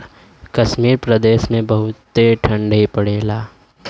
कश्मीर प्रदेस मे बहुते ठंडी पड़ेला